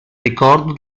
ricordo